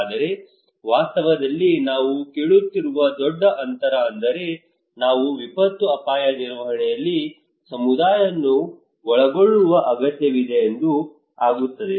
ಆದರೆ ವಾಸ್ತವದಲ್ಲಿ ನಾವು ಕೇಳುತ್ತಿರುವ ದೊಡ್ಡ ಅಂತರ ಅಂದರೆ ನಾವು ವಿಪತ್ತು ಅಪಾಯ ನಿರ್ವಹಣೆಯಲ್ಲಿ ಸಮುದಾಯವನ್ನು ಒಳಗೊಳ್ಳುವ ಅಗತ್ಯವಿದೆ ಎಂದು ಆಗುತ್ತದೆ